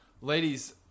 Ladies